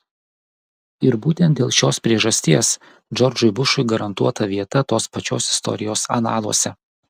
ir būtent dėl šios priežasties džordžui bušui garantuota vieta tos pačios istorijos analuose